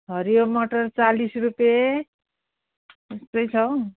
हरियो मटर चालिस रुपियाँ यस्तै छ हौ